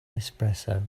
espresso